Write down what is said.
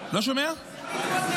אפשר